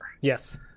yes